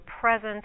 presence